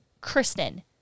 Kristen